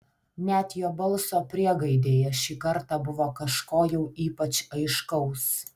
net jo balso priegaidėje šį kartą buvo kažko jau ypač aiškaus